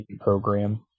program